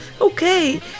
okay